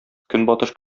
көнбатыш